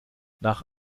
nach